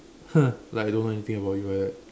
like I don't know anything about you like that